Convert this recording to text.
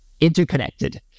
interconnected